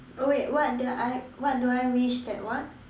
oh wait what do I what do I wish that what